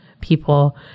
people